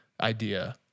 idea